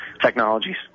technologies